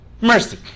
Mercy